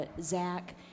Zach